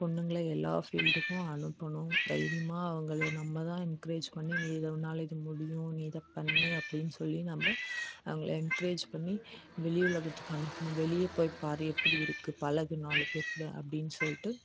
பொண்ணுங்களை எல்லா ஃபீல்டுக்கும் அனுப்பணும் தைரியமாக அவங்கள நம்மதான் என்கரேஜ் பண்ணி நீ இதை உன்னால் இது முடியும் நீ இதைப் பண்ணு அப்படின்னு சொல்லி நம்ம அவங்கள என்கரேஜ் பண்ணி வெளி உலகத்துக்கு அனுப்பணும் வெளியில் போய் பார் எப்படி இருக்குது பழகு நாலு பேர் கூட அப்படின்னு சொல்லிட்டு